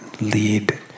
lead